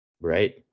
right